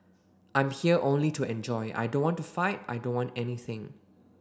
I'm here only to enjoy I don't want to fight I don't want anything